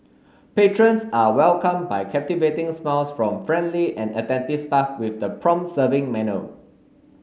patrons are welcomed by captivating smiles from friendly and attentive staff with the prompt serving manner